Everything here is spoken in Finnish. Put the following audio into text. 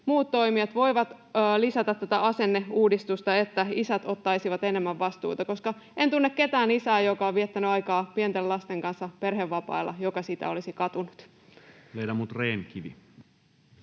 muut toimijat voivat lisätä tätä asenneuudistusta, että isät ottaisivat enemmän vastuuta, koska en tunne ketään isää, joka on viettänyt aikaa pienten lasten kanssa perhevapailla, joka sitä olisi katunut. [Speech